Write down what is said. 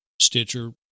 Stitcher